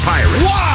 Pirates